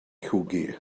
llwgu